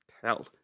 tell